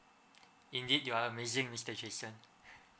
indeed you are amazing mister jason